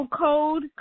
Code